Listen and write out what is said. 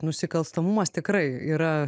nusikalstamumas tikrai yra